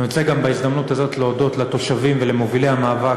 אני רוצה בהזדמנות הזאת גם להודות לתושבים ולמובילי המאבק,